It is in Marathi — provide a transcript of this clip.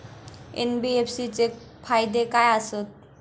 एन.बी.एफ.सी चे फायदे खाय आसत?